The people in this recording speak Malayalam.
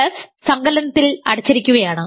S സങ്കലനത്തിൽ അടച്ചിരിക്കുകയാണ്